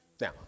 Now